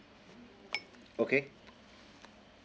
okay